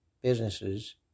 businesses